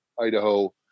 Idaho